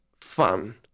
fun